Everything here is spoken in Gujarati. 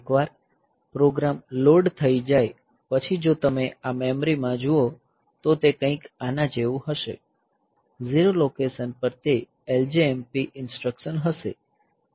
એકવાર પ્રોગ્રામ લોડ થઈ જાય પછી જો તમે આ મેમરી મેપ માં જુઓ તો તે કંઈક આના જેવું હશે 0 લોકેશન પર તે LJMP ઇન્સ્ટ્રક્સન હશે